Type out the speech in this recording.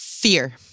Fear